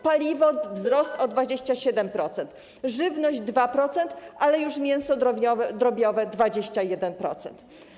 Paliwo - wzrost o 27%, żywność - 2%, ale już mięso drobiowe - 21%.